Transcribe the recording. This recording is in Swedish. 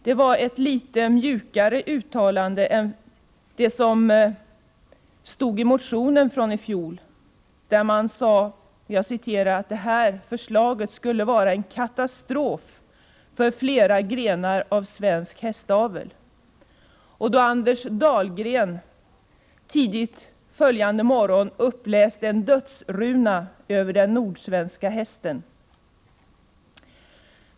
Det var ett litet mjukare uttalande än det som stod i motionen från i fjol, där man sade att det här förslaget skulle innebära en katastrof för flera grenar av svensk hästavel. Tidigt följande morgon uppläste Anders Dahlgren en dödsruna över den nordsvenska hästen.